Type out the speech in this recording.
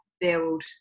build